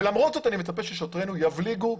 למרות זאת אני מצפה ששוטרינו יבליגו.